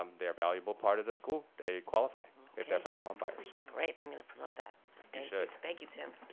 um they're valuable part of the school. they qualify if they're first-time home buyers. great. i'm going to promote that. you should. thank you, tim.